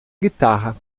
guitarra